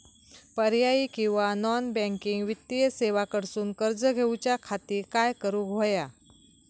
पर्यायी किंवा non banking वित्तीय सेवा कडसून कर्ज घेऊच्या खाती काय करुक होया?